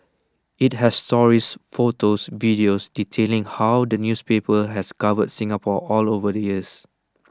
IT has stories photos and videos detailing how the newspaper has covered Singapore all over the years